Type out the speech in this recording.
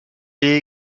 est